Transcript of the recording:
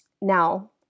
Now